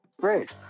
Great